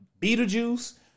Beetlejuice